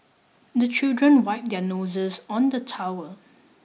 the children wipe their noses on the towel